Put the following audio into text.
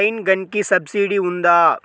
Rain గన్కి subsidy ఉందా?